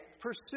Pursue